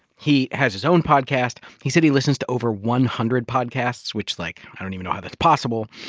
he has his own podcast. he said he listens to over one hundred podcasts, which, like, i don't even know how that's possible.